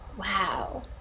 wow